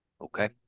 Okay